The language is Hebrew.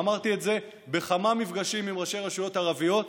ואמרתי את זה בכמה מפגשים עם ראשי רשויות ערביות,